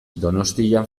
donostian